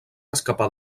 escapar